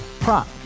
Prop